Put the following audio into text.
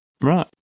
right